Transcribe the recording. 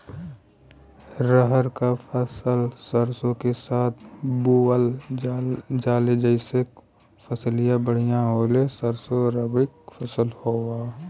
रहर क फसल सरसो के साथे बुवल जाले जैसे फसलिया बढ़िया होले सरसो रबीक फसल हवौ